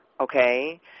Okay